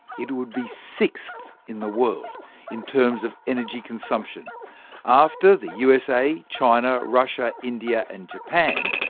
it would be sixth in the world in terms of energy consumption after the usa, china, russia, india and japan,